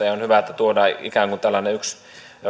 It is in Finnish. ja on hyvä että tuodaan ikään kuin tällainen yksi